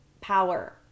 power